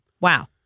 Wow